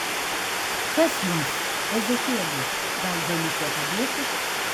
kas jums ezechieli gal galiu kuo padėti